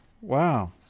Wow